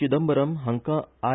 चिदंबरम हांका आय